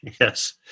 yes